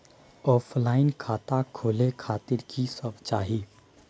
Offline खाता खोले खातिर की सब चाही?